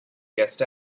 guest